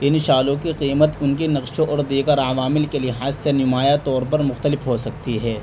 ان شالوں کی قیمت ان کے نقشوں اور دیگر عوامل کے لحاظ سے نمایاں طور پر مختلف ہو سکتی ہے